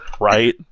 Right